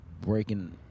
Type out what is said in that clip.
breaking